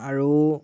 আৰু